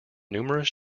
numerous